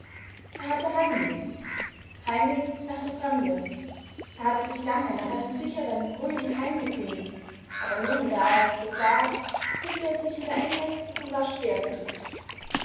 er hatte heimweh heimweh nach der fremde er hatte sich lange nach einem sicheren ruhigen heim gesehnt aber nun da er's besaß fühlte er sich in der enge und war schwer bedrückt